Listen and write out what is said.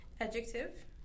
adjective